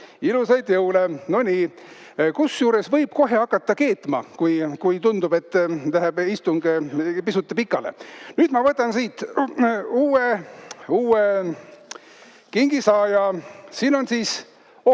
Ilusaid jõule! No nii, kusjuures võib kohe hakata keetma, kui tundub, et istung läheb pisut pikale. Nüüd ma võtan siit uue kingisaaja. Siin on siis –